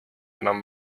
enam